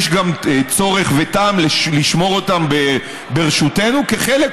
יש גם צורך וטעם לשמור אותן ברשותנו כחלק,